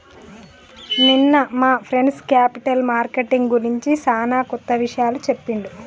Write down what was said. నిన్న మా friend capital marketing గురించి సానా కొత్త విషయాలు చెప్పిండు